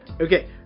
okay